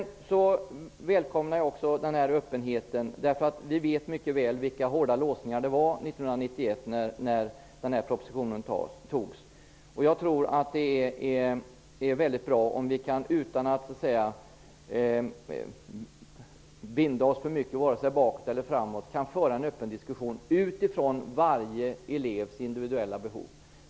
Jag välkomnar också den här öppenheten, därför att vi vet hur låst det var 1991 när propositionen antogs. Jag tror att det är väldigt bra om vi, utan att binda oss för mycket vare sig bakåt eller framåt, kan föra en öppen diskussion utifrån varje elevs individuella behov.